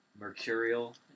mercurial